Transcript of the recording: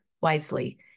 wisely